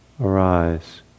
arise